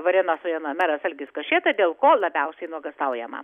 varėnos rajono meras algis kašėta dėl ko labiausiai nuogąstaujama